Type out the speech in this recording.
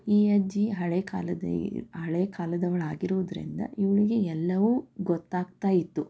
ಈ ಅಜ್ಜಿ ಹಳೆಯ ಕಾಲದ ಹಳೆಯ ಕಾಲದವಳಾಗಿರುವುದರಿಂದ ಇವಳಿಗೆ ಎಲ್ಲವೂ ಗೊತ್ತಾಗ್ತಾಯಿತ್ತು